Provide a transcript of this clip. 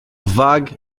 vag